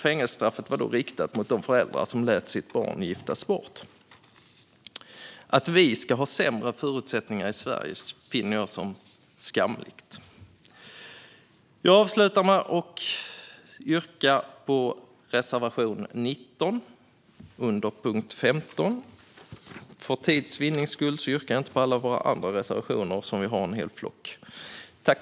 Fängelsestraffet är riktat mot föräldrar som låter gifta bort sitt barn. Att vi ska ha sämre förutsättningar i Sverige finner jag skamligt. Jag avslutar med att yrka bifall till reservation 19 under punkt 15. För tids vinnande yrkar jag inte bifall till alla våra andra reservationer. Vi har en hel flock.